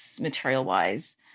material-wise